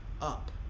up